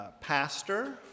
pastor